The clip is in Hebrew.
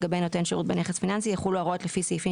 לגבי נותן שירות בנכס פיננסי יחולו ההוראות לפי סעיפים